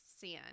sin